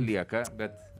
lieka bet